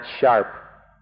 sharp